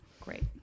Great